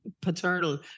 paternal